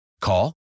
Call